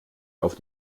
auf